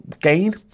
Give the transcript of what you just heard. gain